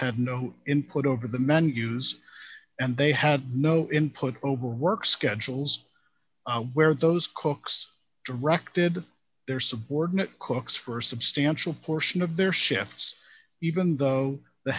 had no input over the menus and they had no input over work schedules where those cooks directed their subordinate cooks for a substantial portion of their shifts even though the